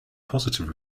positive